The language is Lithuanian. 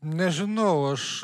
nežinau aš